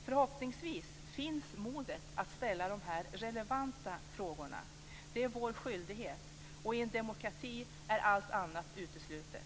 Förhoppningsvis finns modet att ställa de här relevanta frågorna. Det är vår skyldighet, och i en demokrati är allt annat uteslutet.